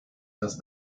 dass